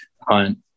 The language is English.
Hunt